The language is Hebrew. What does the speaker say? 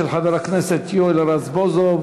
של חבר הכנסת יואל רזבוזוב,